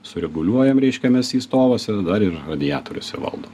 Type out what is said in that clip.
sureguliuojam reiškia mes jį stovuose dar ir radiatoriuose valdom